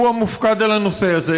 שהוא המופקד על הנושא הזה